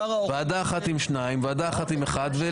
ועדה אחת עם שניים, ועדה אחת עם אחד.